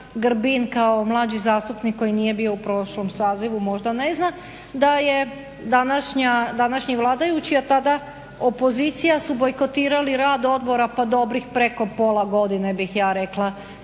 Grbin kao mlađi zastupnik koji nije bio u prošlom sazivu možda ne zna da je današnji vladajući, a tada opozicija su bojkotirali rad odbora pa dobrih preko pola godine bih ja rekla